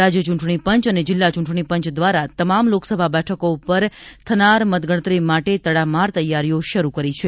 રાજ્ય ચૂંટણીપંચ અને જિલ્લા ચૂંટણી પંચ દ્વારા તમામ લોકસભા બેઠકો ઉપર થનાર મતગણતરી માટે તડામાર તૈયારીઓ શરૂ કરી છે